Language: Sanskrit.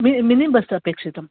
मि मिनि बस् अपेक्षितं